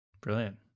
Brilliant